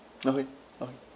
okay okay